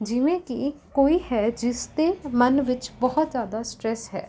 ਜਿਵੇਂ ਕਿ ਕੋਈ ਹੈ ਜਿਸ ਦੇ ਮਨ ਵਿੱਚ ਬਹੁਤ ਜ਼ਿਆਦਾ ਸਟ੍ਰੈਸ ਹੈ